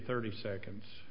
thirty seconds